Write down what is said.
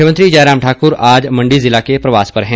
मुख्यमंत्री जय राम ठाकुर आज मण्डी जिला के प्रवास पर हैं